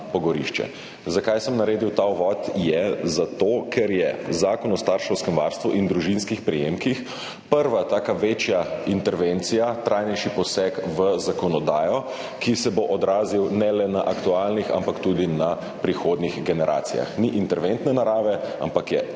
pogorišče. Zakaj sem naredil ta uvod? Zato, ker je Zakon o starševskem varstvu in družinskih prejemkih prva taka večja intervencija, trajnejši poseg v zakonodajo, ki se bo odražal ne le na aktualnih, ampak tudi na prihodnjih generacijah. Ni interventne narave, ampak je